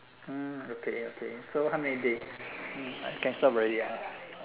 hmm okay okay so how many day hmm can stop already ah